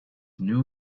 new